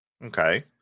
Okay